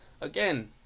again